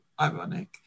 ironic